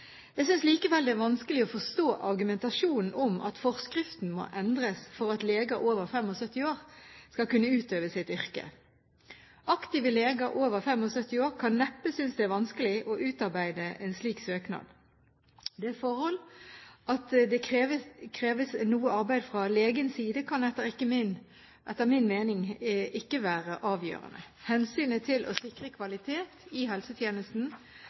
Jeg synes likevel det er vanskelig å forstå argumentasjonen om at forskriften må endres for at leger over 75 år skal kunne utøve sitt yrke. Aktive leger over 75 år kan neppe synes det er vanskelig å utarbeide en slik søknad. Det forhold at det kreves noe arbeid fra legens side, kan etter min mening ikke være avgjørende. Hensynet til å sikre kvalitet i helsetjenesten,